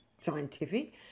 scientific